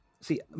See